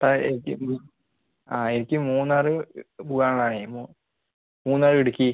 ആ എനിക്ക് മ് ആ എനിക്ക് മൂന്നാർ പോവാൻ ഉള്ളതാണേ മൂന്നാർ ഇടുക്കി